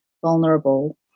vulnerable